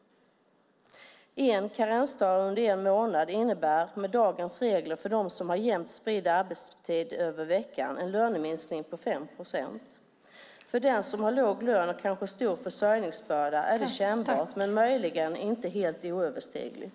En karensdag under en månad innebär med dagens regler för dem som har jämnt spridd arbetstid över veckan en löneminskning på 5 procent. För den som har låg lön och kanske stor försörjningsbörda är det kännbart men möjligen inte helt oöverstigligt.